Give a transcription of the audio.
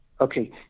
Okay